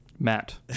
Matt